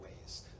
ways